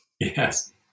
Yes